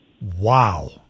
Wow